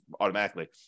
automatically